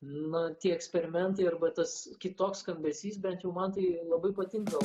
na tie eksperimentai arba tas kitoks skambesys bent jau man tai labai patinka